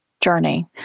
journey